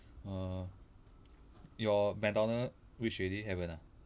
err your mcdonald reach already haven't ah